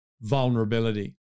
vulnerability